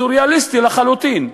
סוריאליסטי לחלוטין,